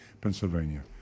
Pennsylvania